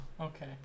Okay